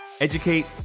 educate